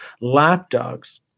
Lapdogs